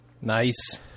Nice